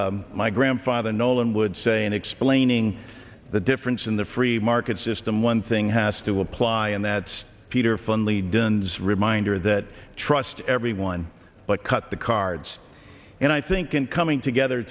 my grandfather nolan would say in explaining the difference in the free market system one thing has to apply and that's peter funnily duns reminder that trust everyone but cut the cards and i think in coming together